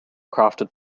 crafted